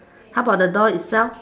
how about the door itself